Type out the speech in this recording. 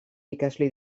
ikasle